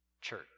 Church